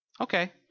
Okay